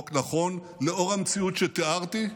חוק נכון, לאור המציאות שתיארתי,